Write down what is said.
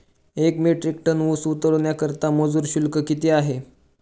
एक metric tonne ऊस उतरवण्याकरता मजूर शुल्क किती आहे?